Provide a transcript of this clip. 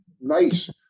nice